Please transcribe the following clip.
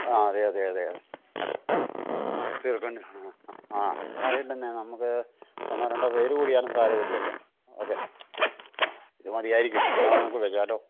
ആ അതെ അതെ അതെ ആ ആ അതിനെന്നാ നമ്മള്ക്ക് ഒന്നോ രണ്ടോ പേര് കൂടിയാലും സാരമില്ലല്ലോ ഓക്കെ ആ ഇത് മതിയായിരിക്കും എന്നാല് നമുക്കു വച്ചാലോ